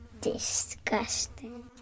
disgusting